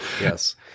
Yes